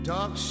Dark